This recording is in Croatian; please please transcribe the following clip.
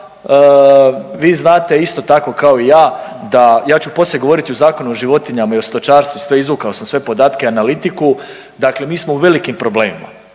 vi znate isto tako kao i ja, da ja ću poslije govoriti o Zakonu o životinjama i o stočarstvu. Izvukao sam sve podatke, analitiku. Dakle, mi smo u velikim problemima,